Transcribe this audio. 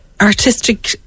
artistic